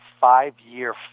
five-year